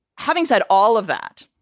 having said all of that,